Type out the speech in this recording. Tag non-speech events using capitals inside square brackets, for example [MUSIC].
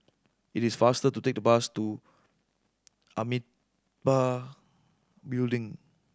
it is faster to take the bus to [UNINTELLIGIBLE] Building